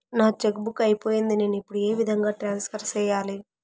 నా cheque book అయిపోయింది నేను ఇప్పుడు ఏ విధంగా ట్రాన్స్ఫర్ సేయాలి?